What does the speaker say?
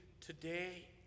today